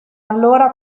allora